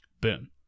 Boom